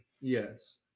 Yes